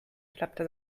klappte